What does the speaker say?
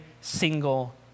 single